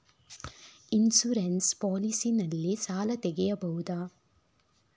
Insurance policy ನಲ್ಲಿ ಸಾಲ ತೆಗೆಯಬಹುದ?